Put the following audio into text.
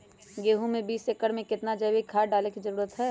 गेंहू में बीस एकर में कितना जैविक खाद डाले के जरूरत है?